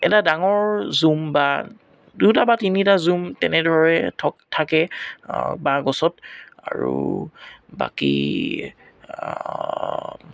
এটা ডাঙৰ জুম বা দুটা বা তিনিটা জুম তেনেদৰে থক থাকে বাঁহ গছত আৰু বাকী